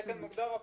בתקן מוגדר הפונט.